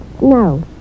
No